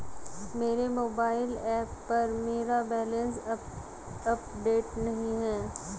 मेरे mobile app पर मेरा बैलेंस अपडेट नहीं है